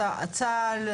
צה"ל,